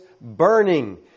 Burning